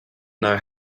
know